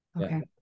okay